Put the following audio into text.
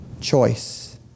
choice